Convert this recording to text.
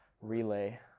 Relay